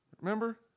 Remember